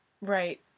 Right